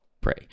pray